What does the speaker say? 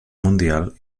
mundial